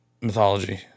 mythology